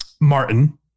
Martin